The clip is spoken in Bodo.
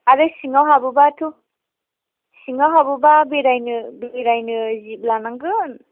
आरो सिङाव हाबोबा थ' सिङाव हाबोब्ला बेरायनो जिप लानांगोन